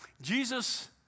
Jesus